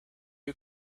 you